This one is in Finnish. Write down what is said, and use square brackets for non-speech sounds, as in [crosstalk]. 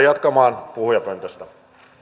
[unintelligible] jatkamaan puhujapöntöstä